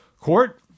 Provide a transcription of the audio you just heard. court